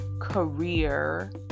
career